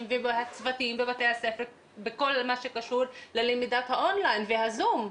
ומהצוותים בבתי הספר בכל מה שקשור ללמידת האון ליין והזום,